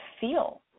feel